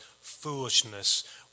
foolishness